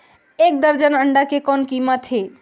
एक दर्जन अंडा के कौन कीमत हे?